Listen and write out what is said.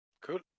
Cool